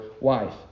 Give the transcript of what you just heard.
wife